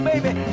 Baby